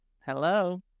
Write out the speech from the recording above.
hello